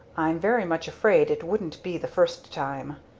i'm very much afraid it wouldn't be the first time,